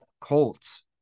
Colts